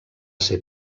ser